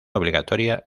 obligatoria